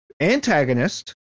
antagonist